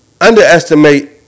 underestimate